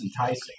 enticing